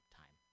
time